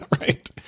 Right